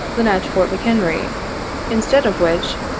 than at fort mchenry instead of which,